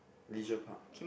leisure park